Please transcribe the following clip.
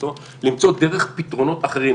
למצוא דרך פתרונות אחרים.